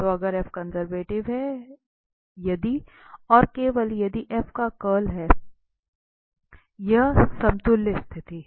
तो अगर कंजर्वेटिव है यदि और केवल यदि का कर्ल 0 हैं यह समतुल्य स्थिति है